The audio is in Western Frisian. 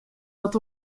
wat